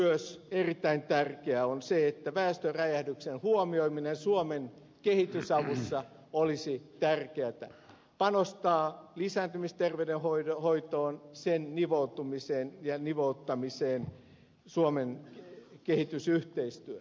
myös erittäin tärkeää on se että väestöräjähdyksen huomioimisessa suomen kehitysavussa panostettaisiin lisääntymisterveydenhoitoon sen nivoutumiseen ja nivouttamiseen suomen kehitysyhteistyöhön